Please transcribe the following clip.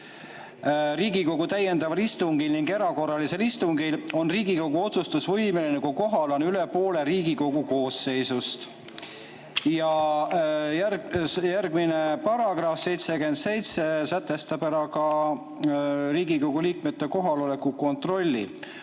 "Riigikogu täiendaval istungil ning erakorralisel istungjärgul on Riigikogu otsustusvõimeline, kui kohal on üle poole Riigikogu koosseisust." Ja järgmine paragrahv, § 77 sätestab ära ka Riigikogu liikmete kohaloleku kontrolli.